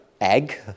egg